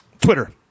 Twitter